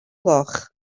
gloch